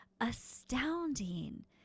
astounding